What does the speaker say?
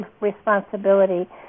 responsibility